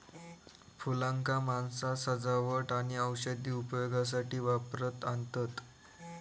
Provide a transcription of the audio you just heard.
फुलांका माणसा सजावट आणि औषधी उपयोगासाठी वापरात आणतत